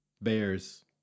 Bears